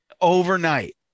overnight